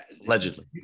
Allegedly